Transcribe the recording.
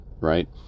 right